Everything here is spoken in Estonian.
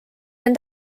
end